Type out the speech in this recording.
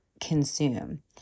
consume